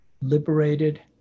liberated